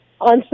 on